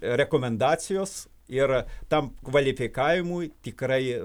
rekomendacijos yra tam kvalifikavimui tikrai